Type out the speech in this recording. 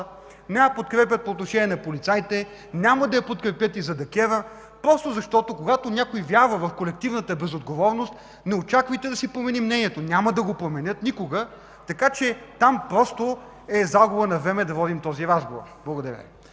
не я подкрепят по отношение на полицаите, няма да я подкрепят и за ДКЕВР, просто защото когато някой вярва в колективната безотговорност, не очаквайте да си промени мнението. Няма да го променят никога. Така че просто е загуба на време да водим този разговор. Благодаря